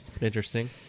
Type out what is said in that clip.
Interesting